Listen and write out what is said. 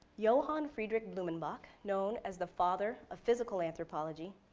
johann friedrich blumenbach, known as the father of physical anthropology,